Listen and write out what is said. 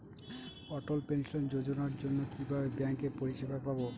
অটল pension যোজনার জন্য কিভাবে ব্যাঙ্কে পরিষেবা পাবো?